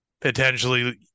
potentially